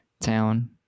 town